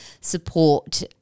support